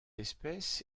espèce